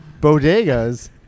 Bodegas